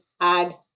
add